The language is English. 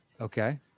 Okay